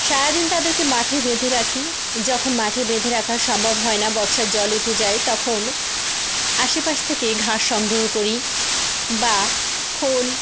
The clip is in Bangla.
সারাদিন তাদেরকে মাঠে বেঁধে রাখি যখন মাঠে বেঁধে রাখা সম্ভব হয় না বর্ষার জল উঠে যায় তখন আশে পাশ থেকে ঘাস সংগ্রহ করি বা খোল